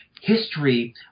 history